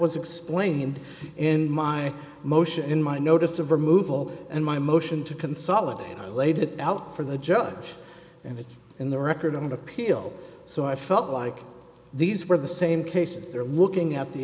was explained in my motion in my notice of removal and my motion to consolidate laid it out for the judge and it's in the record of appeal so i felt like these were the same cases they're looking at the